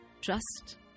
Trust